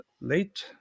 late